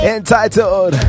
Entitled